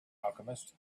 alchemist